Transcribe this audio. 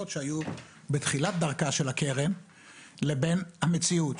שהיו בתחילת דרכה של הקרן לבין המציאות.